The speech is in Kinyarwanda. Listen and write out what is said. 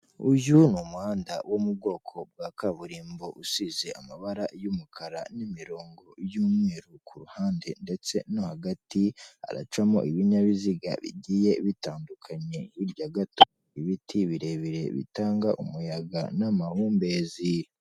Uyu ni umuhanda wo mu bwoko bwa kaburimbo usize amabara y'umukara n'imirongo y'umweru ku ruhande ndetse no hagati, haracamo ibinyabiziga bigiye bitandukanye hirya gato ibiti birebire bitanga umuyaga n'amahumbezi.